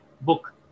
book